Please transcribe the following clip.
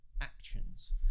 actions